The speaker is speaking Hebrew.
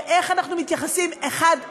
ואיך אנחנו מתייחסים האחד לשני,